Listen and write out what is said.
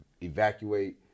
evacuate